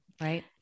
right